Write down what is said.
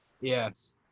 Yes